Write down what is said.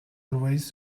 always